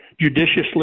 judiciously